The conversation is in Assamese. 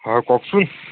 হয় কওকচোন